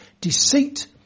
deceit